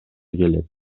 келет